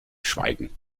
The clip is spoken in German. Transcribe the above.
schweigen